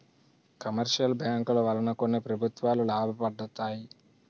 commercial బ్యాంకుల వలన కొన్ని ప్రభుత్వాలు లాభపడతాయి